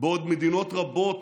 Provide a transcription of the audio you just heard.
בעוד מדינות רבות,